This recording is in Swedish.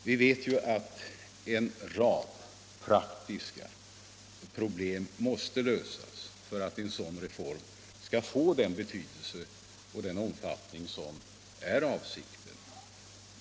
Vi vet att en rad praktiska problem måste lösas för att en sådan reform skall få den betydelse och den omfattning som är avsikten.